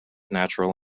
natural